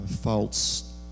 false